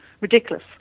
ridiculous